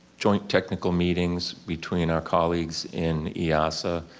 joint technical meetings between our colleagues in yeah ah easa,